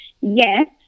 yes